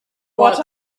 what